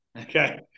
Okay